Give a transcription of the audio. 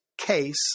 Case